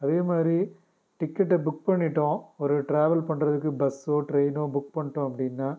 அதேமாதிரி டிக்கெட்டை புக் பண்ணிட்டோம் ஒரு ட்ராவல் பண்ணுறதுக்கு பஸ்ஸோ ட்ரெயின்னோ புக் பண்ணிட்டோம் அப்படின்னா